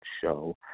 show